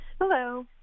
Hello